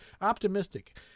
optimistic